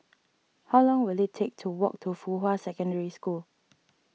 how long will it take to walk to Fuhua Secondary School